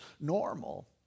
normal